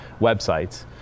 websites